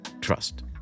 trust